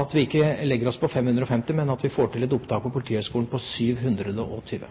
at vi ikke legger oss på 550, men at vi får til et opptak på Politihøgskolen på 720.